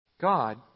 God